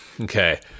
okay